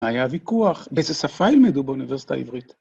‫היה ויכוח, ‫באיזה שפה ילמדו באוניברסיטה העברית?